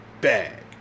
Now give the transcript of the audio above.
bag